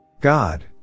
God